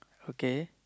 okay